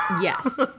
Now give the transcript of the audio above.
Yes